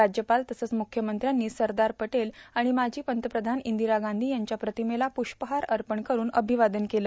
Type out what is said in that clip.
राज्यपाल तसंच मुख्यमंत्र्यांनी सरदार पटेल तसंच माजी पंतप्रधान ईंदरा गांधी यांच्या प्रांतमेला प्रष्पहार अपण करून र्राभवादन केल